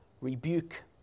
rebuke